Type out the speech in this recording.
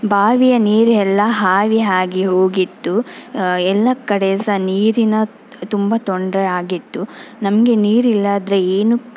ಬಾವಿಯ ನೀರೆಲ್ಲ ಆವಿ ಆಗಿ ಹೋಗಿತ್ತು ಎಲ್ಲ ಕಡೆ ಸಹ ನೀರಿನ ತುಂಬ ತೊಂದರೆ ಆಗಿತ್ತು ನಮಗೆ ನೀರಿಲ್ಲಾದರೆ ಏನೂ